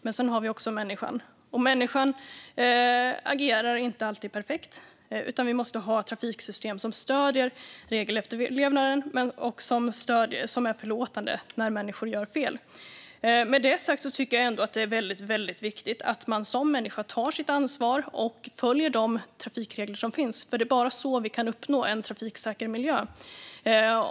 Men sedan har vi människan, som inte alltid agerar perfekt. Vi måste ha trafiksystem som stöder regelefterlevnaden och som är förlåtande när människor gör fel. Med detta sagt tycker jag att det är viktigt att man som människa tar sitt ansvar och följer de trafikregler som finns. Det är bara så vi kan uppnå en trafiksäker miljö.